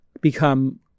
become